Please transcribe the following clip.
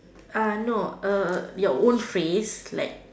uh no err your own phrase like